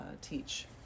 teach